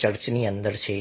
ચર્ચની અંદર છે